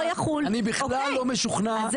אני בכלל לא משוכנע שזה יחול עליו.